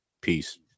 Peace